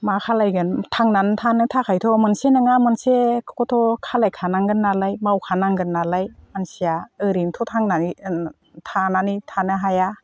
मा खालामगोन थांनानै थानो थाखायथ' मोनसे नङा मोनसेखौथ' खालामखानांगोन नालाय मावखा नांगोन नालाय मानसिया ओरैनोथ' थानानै थानो हाया